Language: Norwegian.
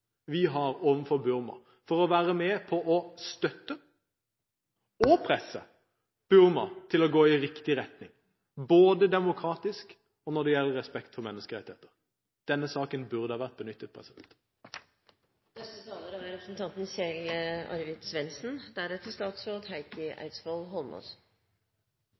vi har overfor Burma, for å være med på å støtte og presse landet til å gå i riktig retning: både demokratisk og når det gjelder respekt for menneskerettigheter. Denne saken burde ha vært benyttet